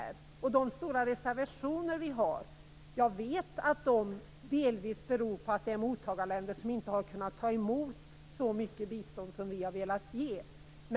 Jag vet att de stora reservationer som vi har delvis beror på att en del mottagarländer inte har kunnat ta emot så mycket bistånd som vi har velat ge dem.